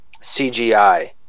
CGI